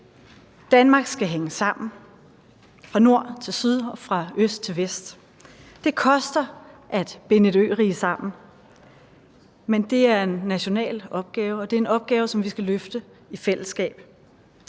Danmark skal hænge sammen fra nord til syd og fra øst til vest. Det koster at binde et ørige sammen, men det er en national opgave, og det er en opgave, som vi skal løfte i fællesskab.